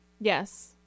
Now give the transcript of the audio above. Yes